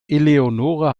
eleonore